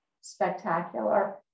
spectacular